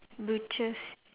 butchers